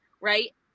right